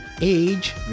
Age